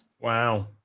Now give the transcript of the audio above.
wow